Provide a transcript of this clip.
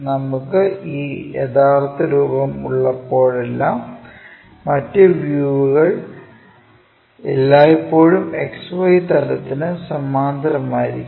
നമുക്ക് ഈ യഥാർത്ഥ രൂപം ഉള്ളപ്പോഴെല്ലാം മറ്റ് വ്യൂകൾ എല്ലായ്പ്പോഴും XY തലത്തിന് സമാന്തരമായിരിക്കും